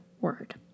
word